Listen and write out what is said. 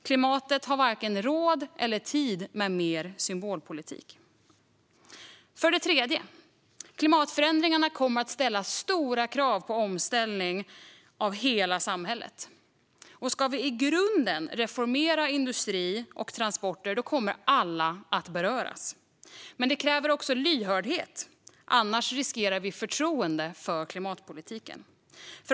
Klimatet har varken råd eller tid med mer symbolpolitik. För det tredje: Klimatförändringarna kommer att ställa stora krav på omställning av hela samhället. Ska vi i grunden reformera industrin och transporterna kommer alla att beröras. Men det kräver också lyhördhet, annars riskerar vi förtroendet för klimatpolitiken.